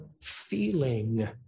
feeling